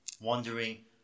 wondering